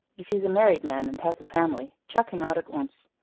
if he's a married man and has a family, chuck him out at once.